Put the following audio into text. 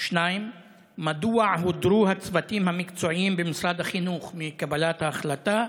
2. מדוע הודרו הצוותים המקצועיים במשרד החינוך מקבלת ההחלטה?